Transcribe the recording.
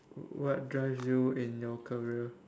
what drive you in your career